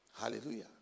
Hallelujah